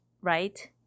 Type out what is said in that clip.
right